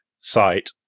site